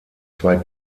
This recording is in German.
zwei